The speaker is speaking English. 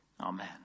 Amen